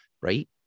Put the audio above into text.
right